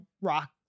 rock